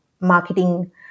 marketing